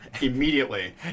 immediately